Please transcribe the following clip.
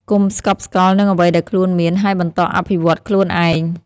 កុំស្កប់ស្កល់នឹងអ្វីដែលខ្លួនមាន ហើយបន្តអភិវឌ្ឍខ្លួនឯង។